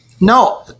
No